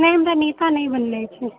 नहि हमरा नेता नहि बननाइ छै